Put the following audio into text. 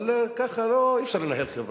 אבל ככה אי-אפשר לנהל חברה.